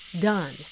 done